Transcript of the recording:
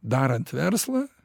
darant verslą